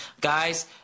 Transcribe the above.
Guys